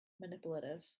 manipulative